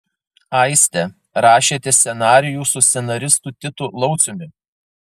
aiste rašėte scenarijų su scenaristu titu lauciumi